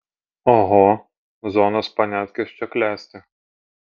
oho zonos paniatkės čia klesti